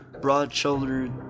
broad-shouldered